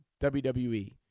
WWE